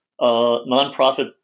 nonprofit